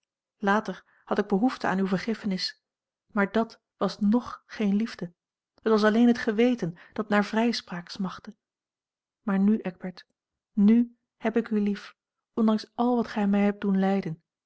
later had ik behoefte aan uwe vergiffenis maar dàt was ng geene liefde het was alleen het geweten dat naar vrijspraak smachtte maar nu eckbert n heb ik u lief ondanks al wat gij mij hebt doen lijden